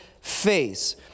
face